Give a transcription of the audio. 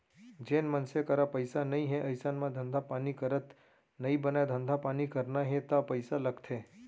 जेन मनसे करा पइसा नइ हे अइसन म धंधा पानी करत नइ बनय धंधा पानी करना हे ता पइसा लगथे